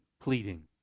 pleading